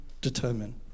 determine